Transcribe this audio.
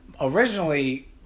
originally